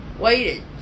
Waited